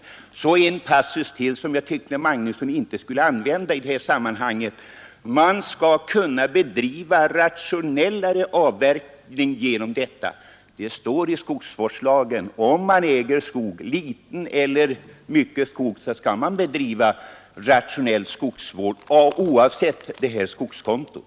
från skogskonto En passus som jag tyckte att herr Magnusson i Borås inte borde ha haft med i detta sammanhang var när han sade att man härigenom skulle kunna bedriva rationellare avverkning och skogsvård. Det står i skogs vårdslagen att om man äger skog, litet eller mycket, skall man bedriva rationell skogsvård oavsett det här skogskontot.